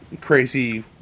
crazy